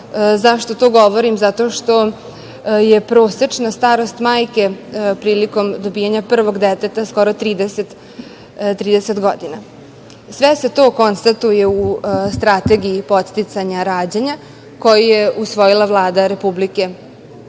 Zašto to govorim? Zato što je prosečna starost majke prilikom dobijanja prvog deteta skoro 30 godina. Sve se to konstatuje u strategiji podsticanja rađanja koju je usvojila Vlada Republike